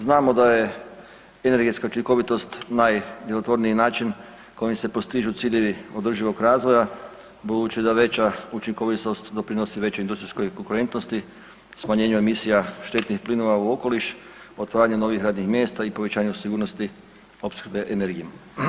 Znamo da je energetska učinkovitost najdjelotvorniji način kojim se postižu ciljevi održivog razvoja budući da veća učinkovitost doprinosi većoj industrijskoj konkurentnosti, smanjenju emisija štetnih plinova u okoliš, otvaranje novih radnih mjesta i povećanju sigurnosti opskrbe energijom.